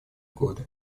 годы